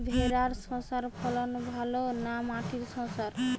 ভেরার শশার ফলন ভালো না মাটির শশার?